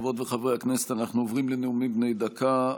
חברות וחברי הכנסת, אנחנו עוברים לנאומים בני דקה.